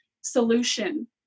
solution